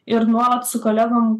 ir nuolat su kolegom